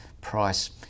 price